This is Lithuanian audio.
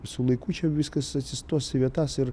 su laiku čia viskas atsistos į vietas ir